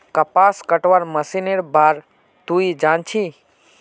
कपास कटवार मशीनेर बार तुई जान छि